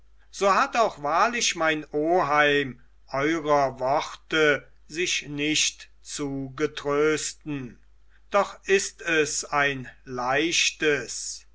so hat auch wahrlich mein oheim eurer worte sich nicht zu getrösten doch ist es ein leichtes